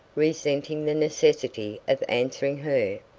resenting the necessity of answering her,